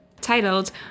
titled